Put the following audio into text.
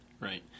Right